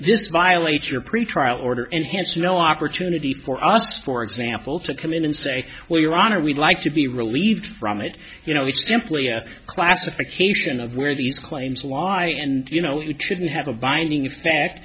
this violates your pretrial order and hence no opportunity for us for example to come in and say well your honor we'd like to be relieved from it you know it's simply a classification of where these claims lie and you know it shouldn't have a binding effect